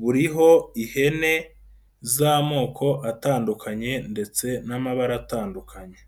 buriho ihene z'amoko atandukanye ndetse n'amabara atandukanye.